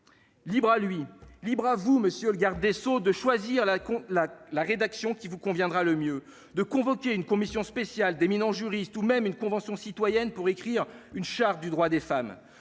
libre à lui, libre à vous, monsieur le garde des Sceaux de choisir la la la rédaction qui vous conviendra le mieux de convoquer une commission spéciale d'éminents juristes ou même une Convention citoyenne pour écrire une charte du droit des femmes,